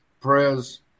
prayers